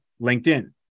LinkedIn